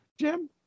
Jim